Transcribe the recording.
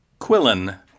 Quillen